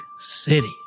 City